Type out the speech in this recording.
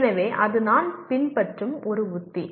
எனவே அது நான் பின்பற்றும் ஒரு உத்தி